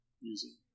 using